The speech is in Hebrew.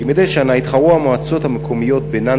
כמדי שנה יתחרו המועצות המקומיות בינן